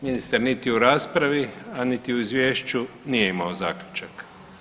Ministar niti u raspravi, a niti u Izvješću nije imao zaključak.